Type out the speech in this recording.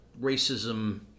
racism